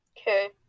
Okay